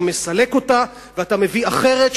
אתה מסלק אותה ומביא אחרת,